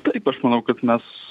taip aš manau kad mes